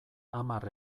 hamar